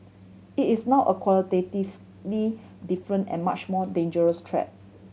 it is now a qualitatively different and much more dangerous threat